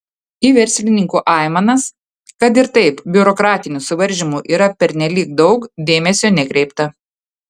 į verslininkų aimanas kad ir taip biurokratinių suvaržymų yra pernelyg daug dėmesio nekreipta